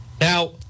Now